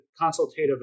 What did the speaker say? consultative